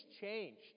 changed